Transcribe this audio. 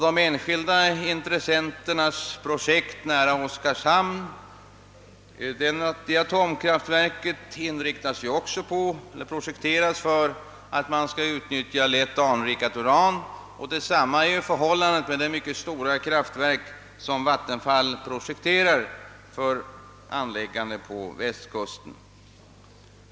De enskilda intressenternas atomkraftverksprojekt nära Oskarshamn inriktas också på att utnyttja lätt anrikat uran. Detsamma är förhållandet med det mycket stora kraftverk som vattenfallsverket projekterar för anläggande på västkusten.